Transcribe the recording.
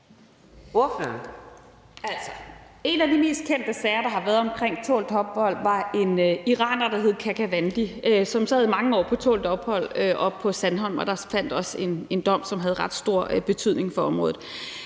en af de mest kendte sager, der har været omkring tålt ophold, vedrørte en iraner, der hed Karkavandi, og som sad i mange år på tålt ophold oppe i Center Sandholm, og der faldt også en dom, som havde ret stor betydning for området.